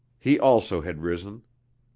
he also had risen.